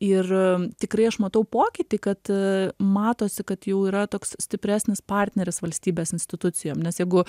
ir tikrai aš matau pokytį kad matosi kad jau yra toks stipresnis partneris valstybės institucijom nes jeigu